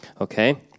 Okay